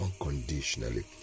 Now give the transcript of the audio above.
unconditionally